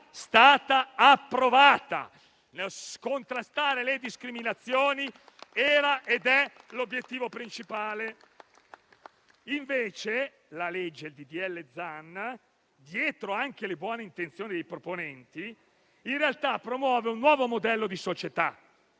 stata approvata. Contrastare le discriminazioni era ed è l'obiettivo principale; invece il disegno di legge Zan, dietro le buone intenzioni dei proponenti, in realtà promuove un nuovo modello di società,